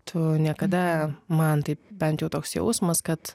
tu niekada man taip bent jau toks jausmas kad